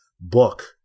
book